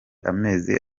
amezi